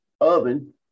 oven